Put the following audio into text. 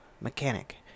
mechanic